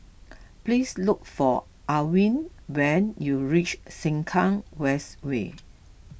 please look for Alwin when you reach Sengkang West Way